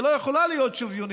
היא לא יכולה להיות שוויונית,